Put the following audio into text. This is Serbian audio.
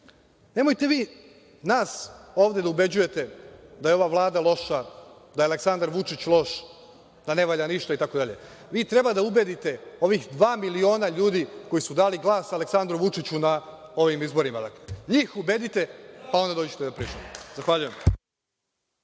nemojte vi nas ovde da ubeđujete da je ova Vlada loša, da je Aleksandar Vučić loš, da ne valja ništa itd. Vi treba da ubedite ovih dva miliona ljudi koji su dali glas Aleksandru Vučiću na ovim izborima. NJih ubedite pa onda dođite da pričamo.